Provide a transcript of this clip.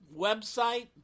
website